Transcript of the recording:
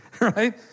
right